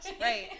Right